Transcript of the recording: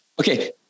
Okay